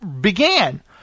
began